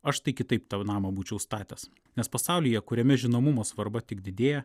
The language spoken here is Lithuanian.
aš tai kitaip tau namą būčiau statęs nes pasaulyje kuriame žinomumo svarba tik didėja